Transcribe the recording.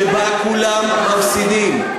שבה כולם מפסידים.